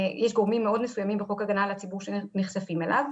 יש גורמים מאוד מסוימים שבחוק הגנה על הציבור שנחשפים אליו.